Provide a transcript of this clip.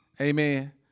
Amen